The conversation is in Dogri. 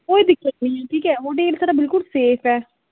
कोई दिक्कत निं ऐ ओह् गेट साढ़ा बिल्कुल तुआढ़ा सेफ ऐ